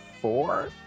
four